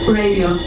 radio